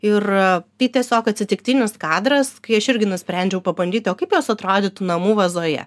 ir tai tiesiog atsitiktinis kadras kai aš irgi nusprendžiau pabandyti o kaip jos atrodytų namų vazoje